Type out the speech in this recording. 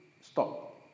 stop